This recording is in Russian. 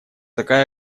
такая